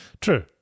true